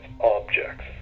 objects